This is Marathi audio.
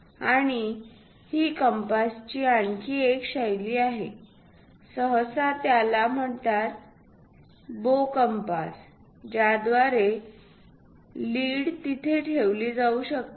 आणि ही कंपासची आणखी एक शैली आहे सहसा त्याला म्हणतात बो कम्पास ज्याद्वारे लीड तिथे ठेवली जाऊ शकते